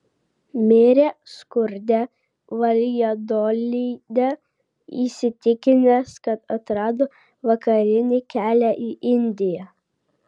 mirė skurde valjadolide įsitikinęs kad atrado vakarinį kelią į indiją